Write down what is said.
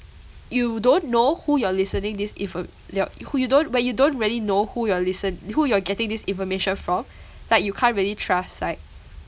you don't know who you're listening this infor~ you're you don't when you don't really know who you're listen~ who you're getting this information from like you can't really trust right